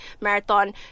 marathon